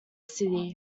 city